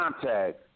contact